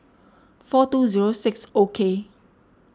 four two zero six O K